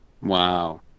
Wow